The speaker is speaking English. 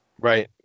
Right